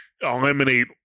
eliminate